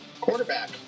Quarterback